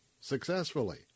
successfully